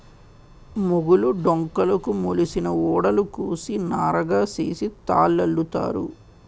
మొగులు డొంకలుకు మొలిసిన ఊడలు కోసి నారగా సేసి తాళల్లుతారు